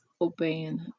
obeying